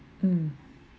mm